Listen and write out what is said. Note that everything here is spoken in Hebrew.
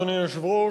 אדוני היושב-ראש,